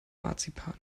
marzipan